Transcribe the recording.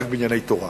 רק בענייני תורה,